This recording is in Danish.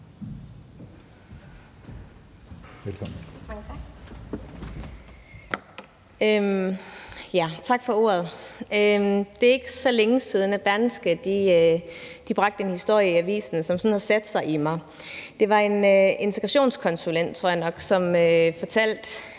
Tak for ordet. Det er ikke så længe siden, at Berlingske bragte en historie i avisen, som sådan har sat sig i mig. Det var en integrationskonsulent, tror jeg